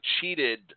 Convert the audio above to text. cheated